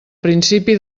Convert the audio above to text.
principi